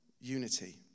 unity